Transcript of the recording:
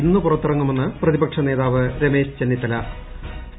ഇന്ന്പുറത്തിറങ്ങുമെന്ന് പ്രതിപക്ഷ നേതാവ് രമേശ് ചെന്നിത്തല്